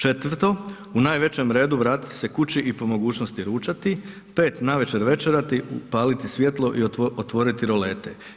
Četvrto, u najvećem redu vratiti se kući i po mogućnosti ručati, pet, navečer večerati, upaliti svjetlo i otvoriti rolete.